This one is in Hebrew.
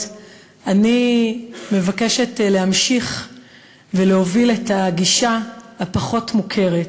אני מבקשת להמשיך ולהוביל את הגישה הפחות-מוכרת,